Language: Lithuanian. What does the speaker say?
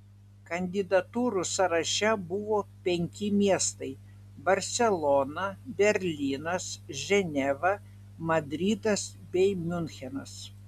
kandidatūrų sąraše buvo penki miestai barselona berlynas ženeva madridas bei miunchenas